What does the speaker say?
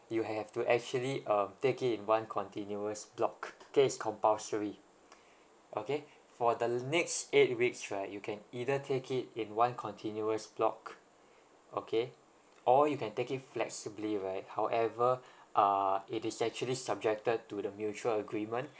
you have to actually um take it in one continuous block K it's compulsory okay for the l~ next eight weeks right you can either take it in one continuous block okay or you can take it flexibly right however uh it is actually subjected to the mutual agreement